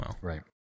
Right